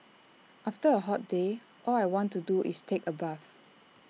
after A hot day all I want to do is take A bath